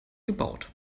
gebaut